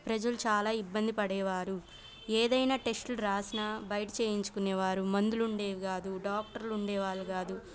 ప్రజలు చాలా ఇబ్బంది పడేవారు ఏదైనా టెస్టులు రాసినా బయట చేయించుకునేవారు మందులు ఉండేవి కాదు డాక్టర్లు ఉండేవాళ్ళు కాదు